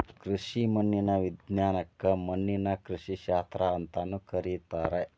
ಕೃಷಿ ಮಣ್ಣಿನ ವಿಜ್ಞಾನಕ್ಕ ಮಣ್ಣಿನ ಕೃಷಿಶಾಸ್ತ್ರ ಅಂತಾನೂ ಕರೇತಾರ